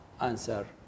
answer